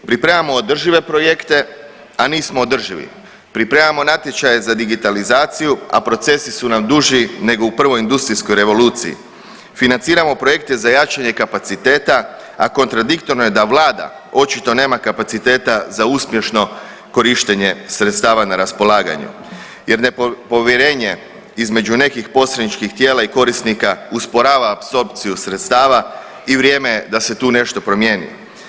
Pripremamo održive projekte, a nismo održivi, pripremamo natječaje za digitalizaciju, a procesi su nam duži nego u Prvoj industrijskoj revoluciji, financiramo projekte za jačanje kapaciteta, a kontradiktorno je da vlada očito nema kapaciteta za uspješno korištenje sredstava na raspolaganju jer nepovjerenje između nekih posredničkih tijela i korisnika usporava apsorpciju sredstava i vrijeme je da se tu nešto promijeni.